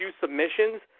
submissions